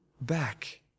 back